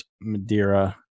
Madeira